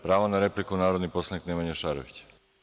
Pravo na repliku narodni poslanik Nemanja Šarović.